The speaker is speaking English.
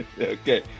Okay